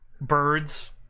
birds